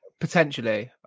Potentially